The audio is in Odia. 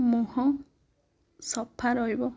ମୁହଁ ସଫା ରହିବ